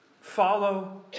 follow